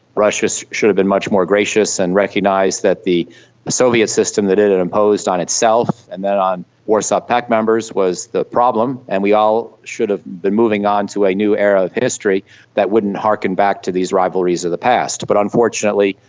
russia so should have been much more gracious and recognised that the soviet system that it had and imposed on itself and then on warsaw pact members was the problem, and we all should have been moving on to a new era of history that wouldn't harken back to these rivalries of the past. but unfortunately,